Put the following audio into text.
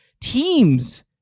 teams